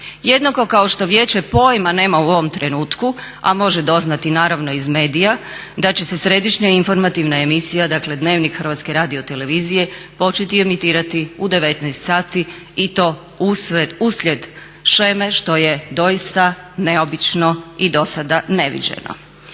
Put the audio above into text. Jednako kao što vijeće pojma nema u ovom trenutku a može doznati naravno iz medija da će se središnja informativna emisija, dakle Dnevnik HRT-a, početi emitirati u 19 sati i to uslijed sheme što je doista neobično i dosada neviđeno.